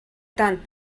tant